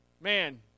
man